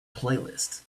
playlist